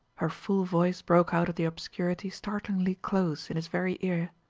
her full voice broke out of the obscurity startlingly close, in his very ear.